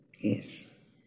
Yes